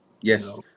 yes